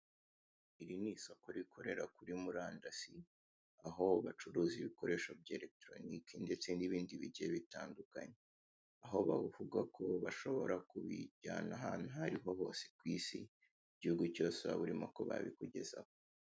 Iri ni isoko rikorera kuri murandasi aho bacuruza ibikoresho bya eregitoronike ndetse n'ibindi bigiye bitandukanye aho bavuga ko bashobora kubijyana ahantu aho ariho hose ku isi mu gihugu cyose waba urimo ko babikugezaho.